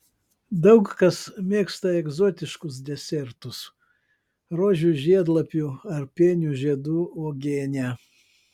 daug kas mėgsta egzotiškus desertus rožių žiedlapių ar pienių žiedų uogienę